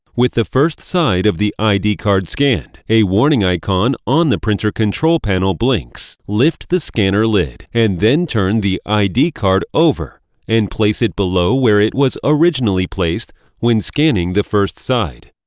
with the first side of the id card scanned, a warning icon on the printer control panel blinks. lift the scanner lid, and then turn the id card over and place it below where it was originally placed when scanning the first side.